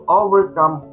overcome